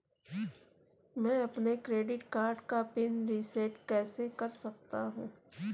मैं अपने credit card का पिन रिसेट कैसे कर सकता हूँ?